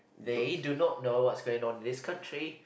they do not know what's going on in this country